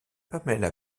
pamela